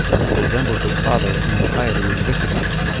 and resembled his father in impiety and wickedness.